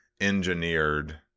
engineered